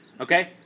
Okay